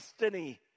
destiny